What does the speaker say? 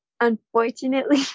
unfortunately